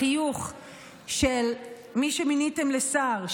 החיוך של מי שמיניתם לשר,